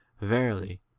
Verily